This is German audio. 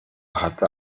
hatte